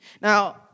Now